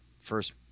first